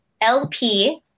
LP